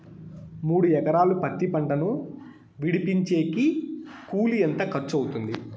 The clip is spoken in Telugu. మూడు ఎకరాలు పత్తి పంటను విడిపించేకి కూలి ఎంత ఖర్చు అవుతుంది?